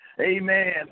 Amen